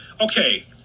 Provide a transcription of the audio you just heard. okay